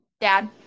Dad